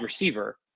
receiver